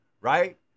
right